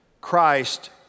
Christ